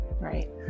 Right